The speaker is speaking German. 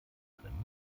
trennen